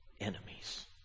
enemies